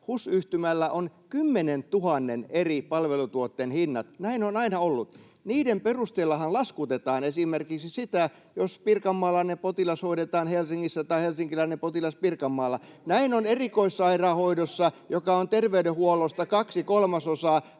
HUS-yhtymällä on 10 000:n eri palvelutuotteen hinnat. Näin on aina ollut. Niiden perusteellahan laskutetaan esimerkiksi sitä, jos pirkanmaalainen potilas hoidetaan Helsingissä tai helsinkiläinen potilas Pirkanmaalla. [Ben Zyskowicz: Nämä koskevat erikoissairaanhoitoa,